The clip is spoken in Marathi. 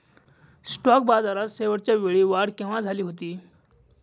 स्टॉक बाजारात शेवटच्या वेळी वाढ केव्हा झाली होती?